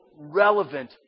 relevant